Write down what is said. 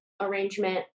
arrangement